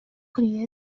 при